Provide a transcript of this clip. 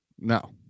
No